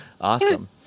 Awesome